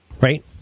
right